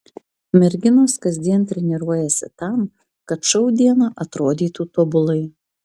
merginos kasdien treniruojasi tam kad šou dieną atrodytų tobulai